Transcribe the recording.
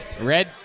Red